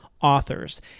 authors